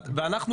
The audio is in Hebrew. ואנחנו,